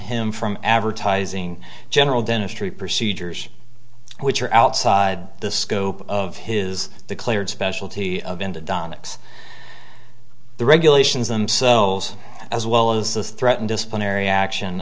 him from advertising general dentistry procedures which are outside the scope of his declared specialty of into don x the regulations i'm so as well as the threaten disciplinary action